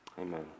amen